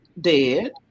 dead